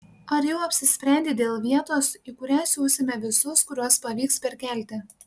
ar jau apsisprendei dėl vietos į kurią siusime visus kuriuos pavyks perkelti